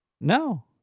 No